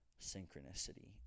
synchronicity